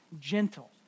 gentle